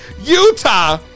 Utah